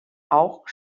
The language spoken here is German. auch